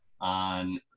on